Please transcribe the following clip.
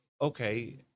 okay